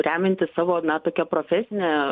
remiantis savo na tokia profesine